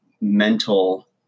mental